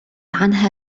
عنها